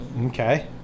Okay